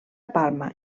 palma